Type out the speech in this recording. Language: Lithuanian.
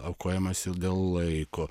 aukojamasi dėl laiko